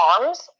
Arms